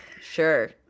Sure